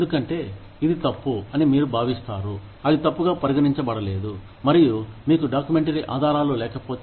ఎందుకంటే ఇది తప్పు అని మీరు భావిస్తారు అది తప్పుగా పరిగణించబడలేదు మరియు మీకు డాక్యుమెంటరీ ఆధారాలు లేకపోతే